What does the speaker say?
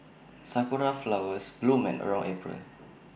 Sakura Flowers bloom around April